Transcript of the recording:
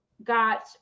got